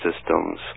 systems